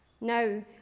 Now